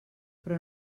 però